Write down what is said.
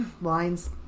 lines